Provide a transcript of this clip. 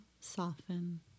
soften